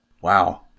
Wow